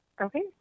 Okay